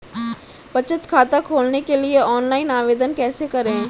बचत खाता खोलने के लिए ऑनलाइन आवेदन कैसे करें?